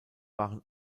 waren